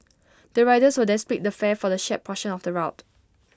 the riders will then split the fare for the shared portion of the route